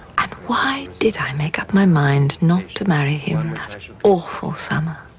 and why did i make up my mind not to marry him that awful summer?